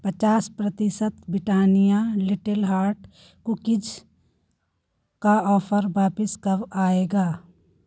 पचास प्रतिशत Britannia little heart cookies का ऑफर वापस कब आएगा